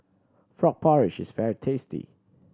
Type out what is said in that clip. frog porridge is very tasty